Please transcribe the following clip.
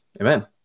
Amen